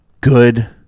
good